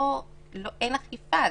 אין אכיפה.